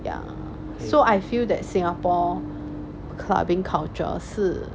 ya so I feel that singapore clubbing culture 是